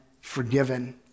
forgiven